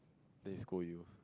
then he scold you